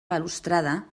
balustrada